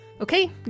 Okay